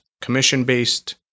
commission-based